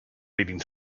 leading